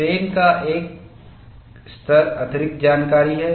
strain का स्तर एक अतिरिक्त जानकारी है